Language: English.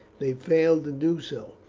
they failed to do so.